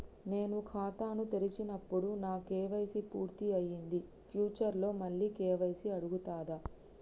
నేను ఖాతాను తెరిచినప్పుడు నా కే.వై.సీ పూర్తి అయ్యింది ఫ్యూచర్ లో మళ్ళీ కే.వై.సీ అడుగుతదా?